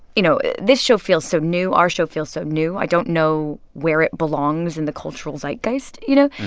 you know, this show feels so new. our show feels so new. i don't know where it belongs in the cultural zeitgeist, you know?